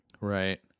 Right